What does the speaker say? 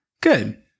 Good